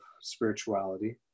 spirituality